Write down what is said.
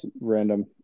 random